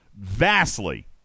vastly